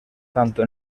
tanto